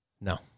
No